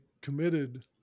committed